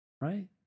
right